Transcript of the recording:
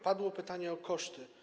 Padło pytanie o koszty.